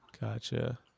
Gotcha